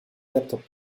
laptop